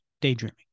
daydreaming